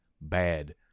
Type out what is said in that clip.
bad